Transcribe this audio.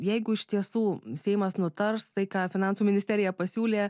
jeigu iš tiesų seimas nutars tai ką finansų ministerija pasiūlė